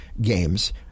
games